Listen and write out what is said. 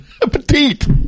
petite